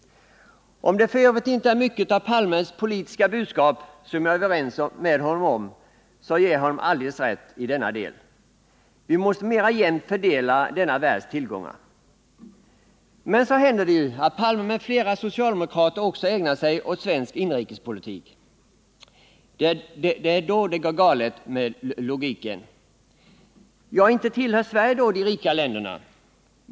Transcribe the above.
Om det f. ö. inte är mycket av Olof Palmes politiska budskap som jag är överens med honom om, så ger jag honom alldeles rätt i denna del. Vi måste mera jämnt fördela denna världs tillgångar. Men så händer det ju att herr Palme m.fl. socialdemokrater också ägnar sig åt svensk inrikespolitik. Det är då det går galet med logiken. Ja, inte tillhör Sverige då de rika länderna.